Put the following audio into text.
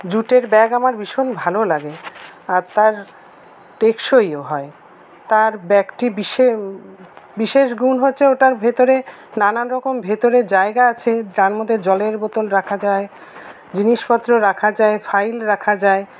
জুটের ব্যাগ আমার ভীষণ ভালো লাগে আর তার টেকসইও হয় তার ব্যাগটি বিশেষ গুণ হচ্ছে ওটার ভেতরে নানান রকম ভেতরে জায়গা আছে তার মধ্যে জলের বোতল রাখা যায় জিনিসপত্র রাখা যায় ফাইল রাখা যায়